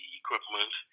equipment